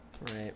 Right